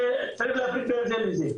זה צריך להפריד בין זה לזה,